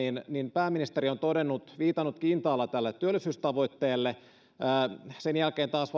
pääministeri on viitannut kintaalla tälle työllisyystavoitteelle mutta sen jälkeen taas